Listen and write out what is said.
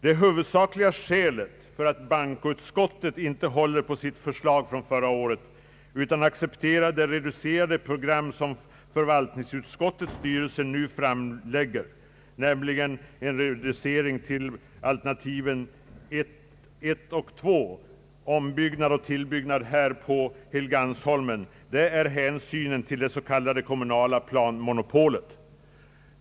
Det huvudsakliga skälet till att bankoutskottet inte håller på sitt förslag från förra året utan accepterar det reducerade program som förvaltningskontorets styrelse nu framlägger och som innebär en begränsning till alternativen 1 och 2 — ombyggnad och tillbyggnad här på Helgeandsholmen — är hänsynen till det s.k. kommunala planmonopolet.